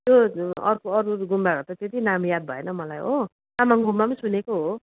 त्यो अरू अरू अरू गुम्बाहरू त त्यति नाम याद भएन मलाई हो तामाङ गुम्बा पनि सुनेको हो